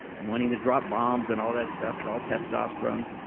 wanting to drop bombs and all that stuff is all testosterone